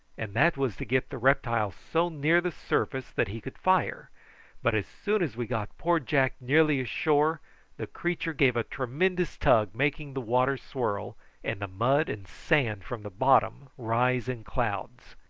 and that was to get the reptile so near the surface that he could fire but as soon as we got poor jack nearly ashore the creature gave a tremendous tug, making the water swirl and the mud and sand from the bottom rise in clouds.